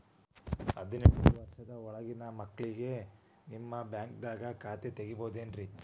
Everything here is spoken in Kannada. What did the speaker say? ಹದಿನೆಂಟು ವರ್ಷದ ಒಳಗಿನ ಮಕ್ಳಿಗೆ ನಿಮ್ಮ ಬ್ಯಾಂಕ್ದಾಗ ಖಾತೆ ತೆಗಿಬಹುದೆನ್ರಿ?